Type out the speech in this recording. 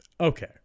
Okay